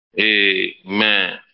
Amen